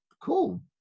cool